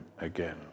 again